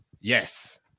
Yes